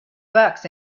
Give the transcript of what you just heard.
bucks